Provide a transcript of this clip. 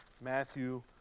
Matthew